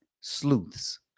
sleuths